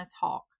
Hawk